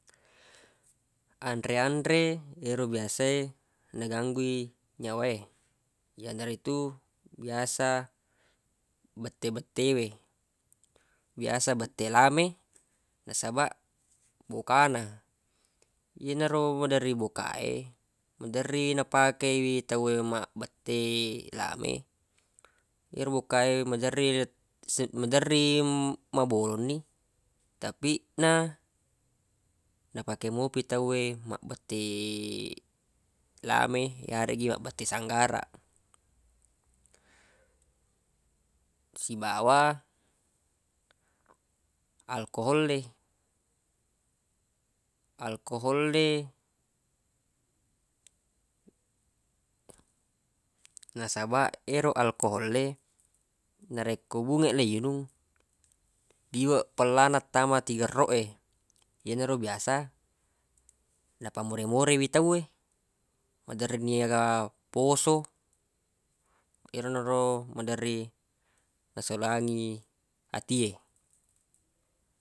Anre-anre ero biasa e naganggu i nyawa e yanaritu biasa bette-bette we biasa bette lame nasabaq boka na yenaro maderri boka e maderri napake wi tawwe mabbette lame yero boka e maderri se- madeeri mabolonni tapi na napake mopi tawwe mabbette lame yareggi mabbette sanggaraq sibawa alkoholle alkoholle nasabaq yero alkoholle narekko bungeq le yinung liweq pellana tama tiggerroq e yenaro biasa napammore-more wi tawwe maderri ni aga poso yerona ro maderri nasolangi atie.